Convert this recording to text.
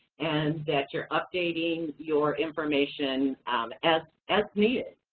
and that you're updating your information as as needed.